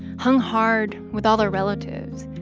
hung hard with all her relatives.